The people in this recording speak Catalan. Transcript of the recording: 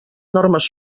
normes